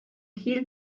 gill